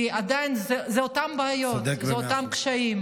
כי זה עדיין אותן בעיות ואותם קשיים.